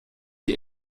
die